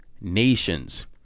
nations